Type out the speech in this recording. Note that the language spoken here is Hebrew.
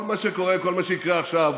כל מה שיקרה עכשיו,